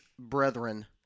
brethren